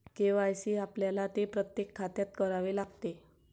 KYC आपल्याला ते प्रत्येक खात्यात करावे लागते